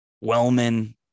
Wellman